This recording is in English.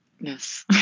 yes